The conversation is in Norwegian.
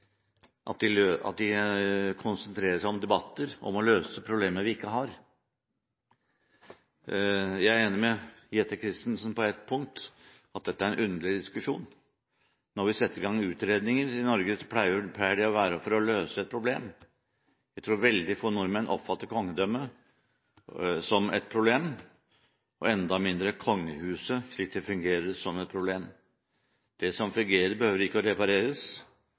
at de konsentrerer seg om debatter som skal løse problemer vi ikke har. Jeg er enig med Jette Christensen på ett punkt, nemlig at dette er en underlig diskusjon. Når vi setter i gang utredninger i Norge, pleier det å være for å løse et problem. Jeg tror veldig få nordmenn oppfatter kongedømmet som et problem, og enda mindre kongehuset, slik det fungerer, som et problem. Det som fungerer, behøver ikke å repareres,